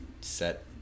set